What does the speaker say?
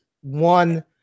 one